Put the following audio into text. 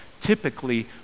typically